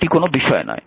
এটি কোনও বিষয় নয়